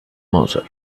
mouser